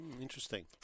Interesting